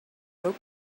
rope